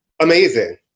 amazing